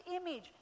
image